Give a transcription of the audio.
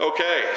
Okay